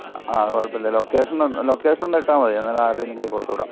ആ അതു കുഴപ്പമില്ല ലൊക്കേഷൻ ഒന്ന് ലൊക്കേഷൻ ഒന്ന് ഇട്ടാൽ മതി എന്നാൽ ഞാൻ ആരുടെയേലും കയ്യിൽ കൊടുത്തുവിടാം